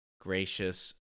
gracious